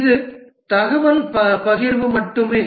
இது தகவல் பகிர்வு மட்டுமே